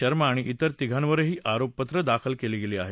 शर्मा आणि तिर तिघांवरही आरोपपत्रं दाखल केली आहेत